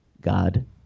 God